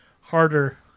harder